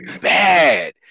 bad